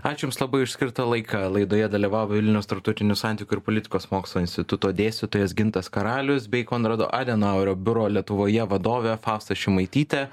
ačiū jums labai už skirtą laiką laidoje dalyvavo vilniaus tarptautinių santykių ir politikos mokslų instituto dėstytojas gintas karalius bei konrado adenauerio biuro lietuvoje vadovė fausta šimaitytė